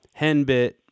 henbit